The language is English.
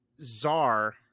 czar